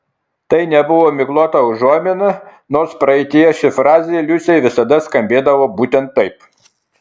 tai nebuvo miglota užuomina nors praeityje ši frazė liusei visada skambėdavo būtent taip